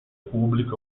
pubbliche